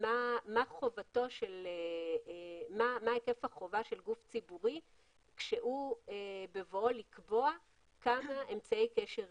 מה היקף החובה של גוף ציבורי בבואו לקבוע כמה אמצעי קשר יהיו.